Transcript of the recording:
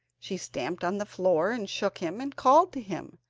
she stamped on the floor, and shook him and called to him,